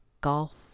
golf